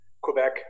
Quebec